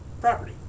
property